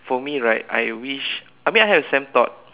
for me right I wish I mean I have the same thought